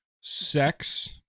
sex